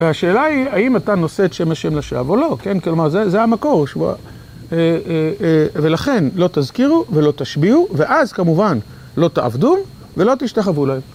והשאלה היא, האם אתה נושא את שם השם לשווא או לא, כן? כלומר, זה המקור שבו ה... ולכן, לא תזכירו ולא תשביעו, ואז כמובן, לא תעבדו ולא תשתחוו להם.